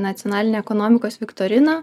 nacionalinę ekonomikos viktoriną